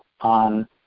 on